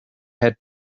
had